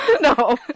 No